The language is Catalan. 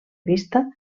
vista